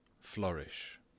Flourish